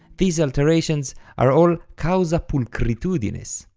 these alterations are all causa pulchritudinis,